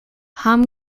hom